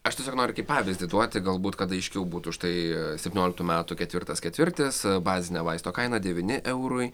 aš tiesiog noriu kaip pavyzdį duoti galbūt kad aiškiau būtų štai septynioliktų metų ketvirtas ketvirtis bazinė vaisto kaina devyni eurui